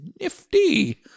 nifty